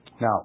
Now